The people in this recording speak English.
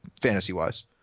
fantasy-wise